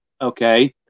okay